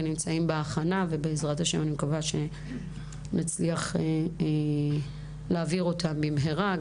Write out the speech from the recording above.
נמצאים בהכנה ובעזרת השם אני מקווה שנצליח להעביר אותם במהרה,